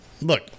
look